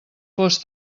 fos